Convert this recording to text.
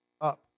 up